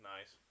Nice